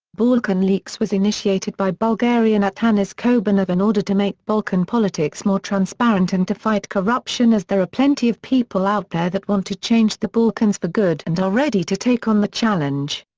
balkan leaks was initiated by bulgarian atanas chobanov in order to make balkan politics more transparent and to fight corruption as there are plenty of people out there that want to change the balkans for good and are ready to take on the challenge.